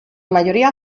mayoría